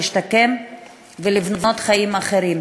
להשתקם ולבנות חיים אחרים.